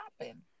happen